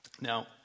Now